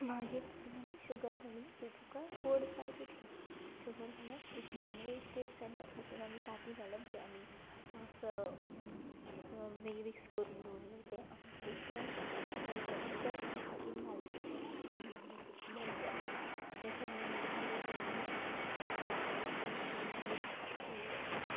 मागीर तातूंत आमी शुगर घालून तुजका गोड जाय तितलें शुगर घालप ईफ नॉन वॅज केक जाल्यार तेतून आमी तांती घालप जें आमी फ बेगी मिक्स करून दवरलें तें आनी तितून तेल घालप तेल घालप उदक आमी केकीन घालपूच ना मेन म्हणल्यार तें उदक घालप ना तें सगळें घालून बरे तरेन मिक्स करप सारकें बरे तरेन मिक्स केले उपरान